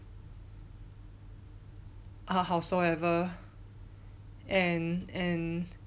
ah howsoever and and